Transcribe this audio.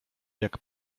jak